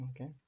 Okay